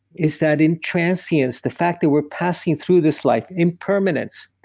it's that in transience, the fact that we're passing through this life, impermanence.